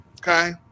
Okay